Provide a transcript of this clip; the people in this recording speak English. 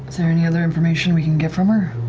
there any other information we can get from her?